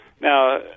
now